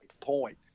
point